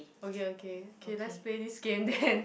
okay okay K let's play this game then